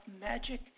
magic